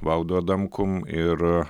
valdu adamkum ir